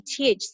THC